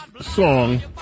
song